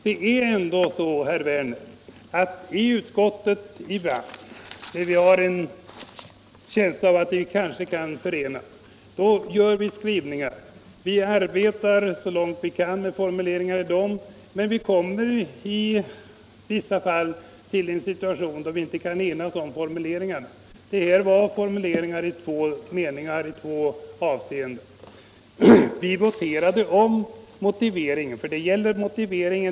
Det är ändå så, herr Werner, att när vi i utskottet har en känsla av att vi kanske kan förenas, försöker vi att skriva ihop oss. Vi arbetar så långt vi kan med formuleringar i sådana skrivningar. Men vi kommer i vissa fall i en situation där vi inte kan enas om formuleringar. I det här fallet rörde det sig i två avseenden om formuleringar i utskottets motivering.